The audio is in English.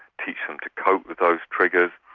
teach them to cope with those triggers.